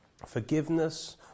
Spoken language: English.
forgiveness